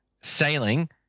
sailing